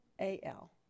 A-L